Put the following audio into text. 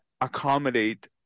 accommodate